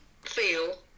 feel